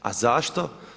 A zašto?